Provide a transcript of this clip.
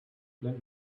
let